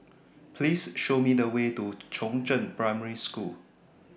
Please Show Me The Way to Chongzheng Primary School